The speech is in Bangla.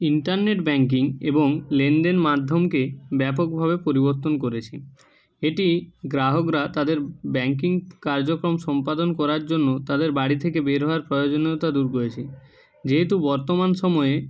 ইন্টারনেট ব্যাংকিং এবং লেনদেন মাধ্যমকে ব্যাপকভাবে পরিবর্তন করেছে এটি গ্রাহকরা তাদের ব্যাংকিং কার্যক্রম সম্পাদন করার জন্য তাদের বাড়ি থেকে বের হওয়ার প্রয়োজনীয়তা দূর করেছে যেহেতু বর্তমান সময়ে